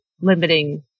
limiting